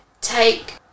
take